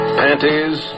panties